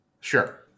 Sure